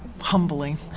humbling